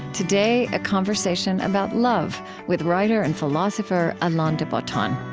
today, a conversation about love with writer and philosopher alain de botton